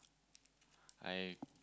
I